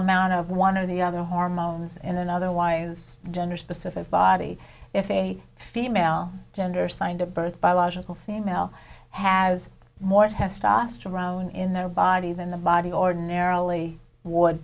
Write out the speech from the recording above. amount of one of the other hormones in an otherwise gender specific body if a female gender signed a birth biological female has more testosterone in their body than the body ordinarily would